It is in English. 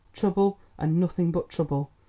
trouble, and nothing but trouble,